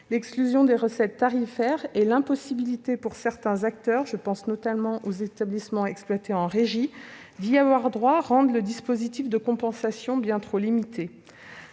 l'exclusion des recettes tarifaires et l'impossibilité pour certains acteurs, notamment les établissements exploités en régie, d'y avoir droit rendent le dispositif de compensation bien trop limité.